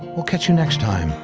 we'll catch you next time,